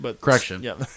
Correction